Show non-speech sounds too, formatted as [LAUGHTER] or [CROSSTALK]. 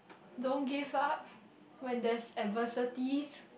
don't give up [BREATH] when there's adversities